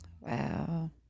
Wow